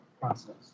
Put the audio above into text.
process